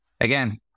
Again